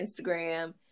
Instagram